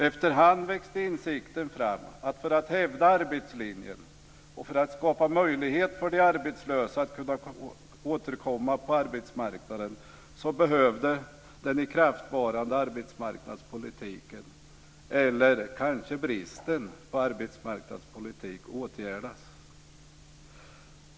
Efterhand växte insikten fram att för att hävda arbetslinjen och för att skapa en möjlighet för de arbetslösa att återkomma på arbetsmarknaden behövde den ikraftvarande arbetsmarknadspolitiken, eller kanske bristen på arbetsmarknadspolitik, åtgärdas.